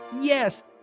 Yes